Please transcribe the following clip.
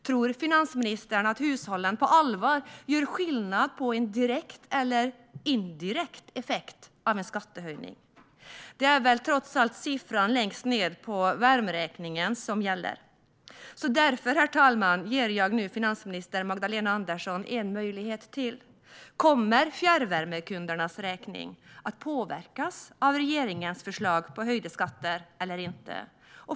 Tror finansministern att hushållen på allvar gör skillnad på en direkt eller indirekt effekt av en skattehöjning? Det är väl trots allt siffran längst ned på värmeräkningen som gäller? Därför, herr talman, ger jag nu finansminister Magdalena Andersson en möjlighet till att svara. Kommer fjärrvärmekundernas räkningar att påverkas av regeringens förslag om höjda skatter eller inte?